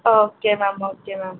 okay ma'am okay ma'am